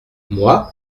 moi